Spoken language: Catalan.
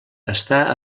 està